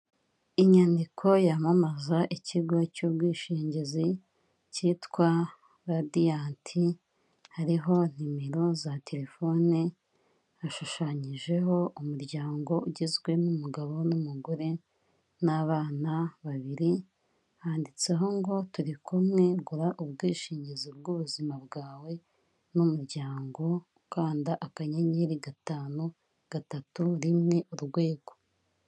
Inyandiko yamamaza ikigo cy'ubwishingizi cyitwa Radiyanti, hariho nimero za terefone, hashushanyijeho umuryango ugizwe n'umugabo n'umugore n'abana babiri, handitseho ngo: "Turi kumwe gura ubwishingizi bw'ubuzima bwawe n'umuryango, ukanda akanyenyeri, gatanu, gatatu, rimwe, urwego."